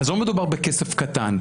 אז לא מדובר בכסף קטן.